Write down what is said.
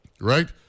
right